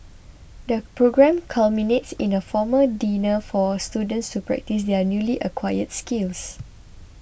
the programme culminates in a formal dinner for students to practise their newly acquired skills